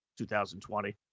2020